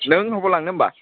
नों बबाव लांनो होनबा